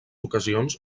ocasions